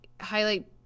highlight